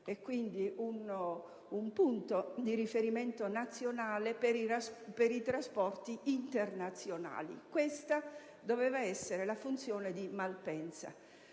e, quindi, un punto di riferimento nazionale per i trasporti internazionali. Questa doveva essere la funzione di Malpensa.